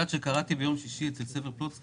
את יודעת שקראתי ביום שישי אצל סבר פלוצקר